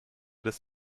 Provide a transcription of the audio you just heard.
des